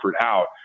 out